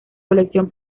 colección